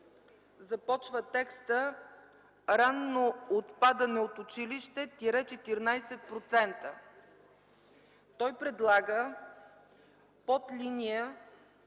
започва текстът „ранно отпадане от училище – 14%”. Той предлага под линия